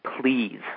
please